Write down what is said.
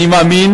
אני מאמין